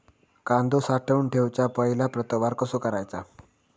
कांदो साठवून ठेवुच्या पहिला प्रतवार कसो करायचा?